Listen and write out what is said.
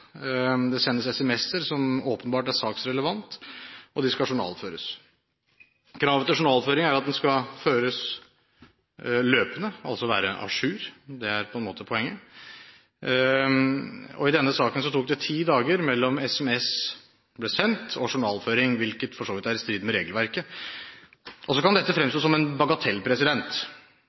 Det sendes SMS-er som åpenbart er saksrelevante. De skal journalføres. Kravet når det gjelder journalføring, er at journaler skal føres løpende, de skal altså være à jour. Det er på en måte poenget. I denne saken tok det ti dager fra SMS-en ble sendt og til journalføring, hvilket for så vidt er i strid med regelverket. Så kan dette fremstå som en bagatell.